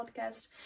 podcast